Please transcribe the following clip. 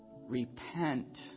repent